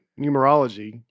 numerology